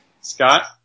Scott